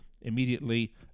immediately